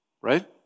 right